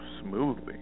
smoothly